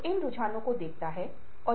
यदि नौकरी बड़ी है तो अधिक समय लगेगा